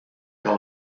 que